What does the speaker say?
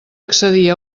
accedir